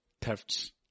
thefts